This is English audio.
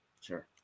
Sure